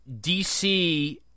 DC